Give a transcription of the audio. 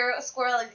squirrel